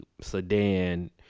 sedan